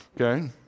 Okay